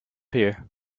here